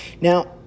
Now